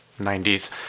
90s